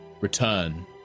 return